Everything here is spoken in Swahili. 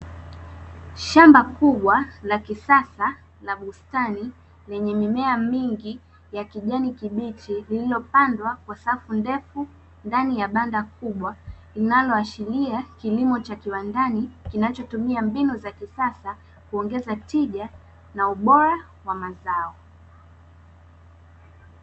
Shamba kubwa la kisasa la bustani lenye mimea mingi ya kijani kibichi, lililopandwa kwa safu ndefu ndani ya banda kubwa, Linaloashiria kilimo cha kiwandani kinachotumia mbinu za kisasa kuongeza tija na ubora wa mazao.